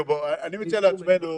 אני מציע לעצמנו,